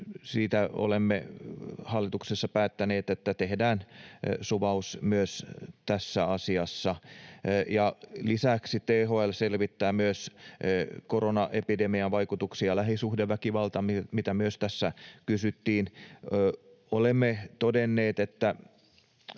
siitä olemme hallituksessa päättäneet, että tehdään suvaus myös tässä asiassa. Lisäksi THL selvittää myös koronaepidemian vaikutuksia lähisuhdeväkivaltaan, mistä tässä myös kysyttiin. Olemme todenneet, että